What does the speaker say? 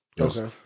Okay